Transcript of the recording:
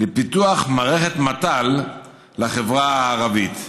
לפיתוח מערכת מת"ל לחברה הערבית.